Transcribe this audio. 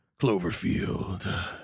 Cloverfield